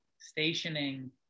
Stationing